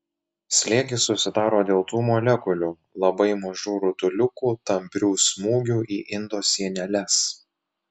slėgis susidaro dėl tų molekulių labai mažų rutuliukų tamprių smūgių į indo sieneles